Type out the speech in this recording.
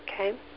Okay